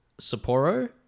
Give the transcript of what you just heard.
Sapporo